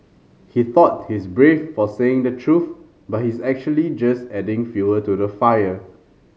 he thought he's brave for saying the truth but he's actually just adding fuel to the fire